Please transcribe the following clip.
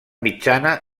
mitjana